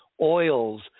oils